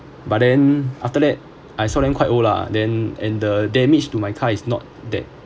but then after that I saw them quite old lah then and the damage to my car is not that